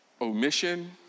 omission